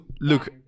look